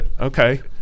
Okay